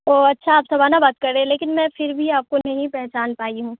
تو اچھا آپ سبانہ بات کر رہے ہیں لیکن میں پھر بھی آپ کو نہیں پہچان پائی ہوں